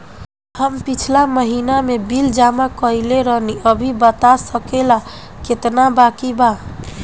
हम पिछला महीना में बिल जमा कइले रनि अभी बता सकेला केतना बाकि बा?